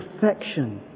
perfection